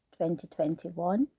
2021